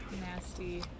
nasty